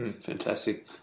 Fantastic